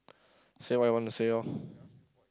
say what I want to say loh